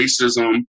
racism